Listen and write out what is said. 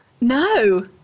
No